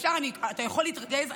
אתה יכול להתרגז.